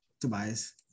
Tobias